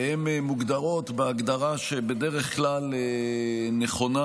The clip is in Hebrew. והם מוגדרים בהגדרה שבדרך כלל נכונה: